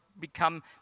become